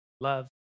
love